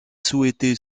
souhaité